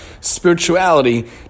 Spirituality